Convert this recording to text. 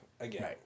Again